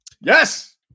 Yes